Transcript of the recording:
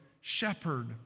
shepherd